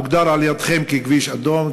מוגדר על-ידיכם ככביש אדום,